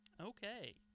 Okay